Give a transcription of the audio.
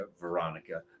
Veronica